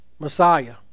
Messiah